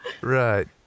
Right